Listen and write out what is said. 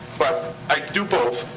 but i do both.